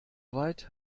weit